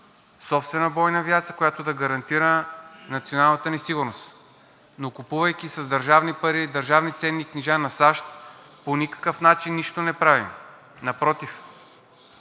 собствена бойна авиация, която да гарантира националната ни сигурност, но купувайки с държавни пари държавни ценни книжа на САЩ, по никакъв начин нищо не правим. Напротив,